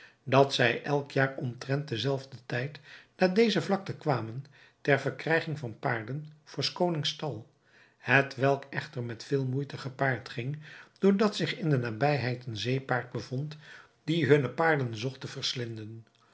dat zij elk jaar omtrent den zelfden tijd naar deze vlakte kwamen ter verkrijging van paarden voor s konings stal hetwelk echter met veel moeite gepaard ging door dat zich in de nabijheid een zeepaard bevond die hunne paarden zocht te verslinden